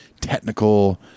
technical